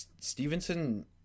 Stevenson